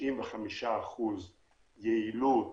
95% יעילות